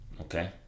Okay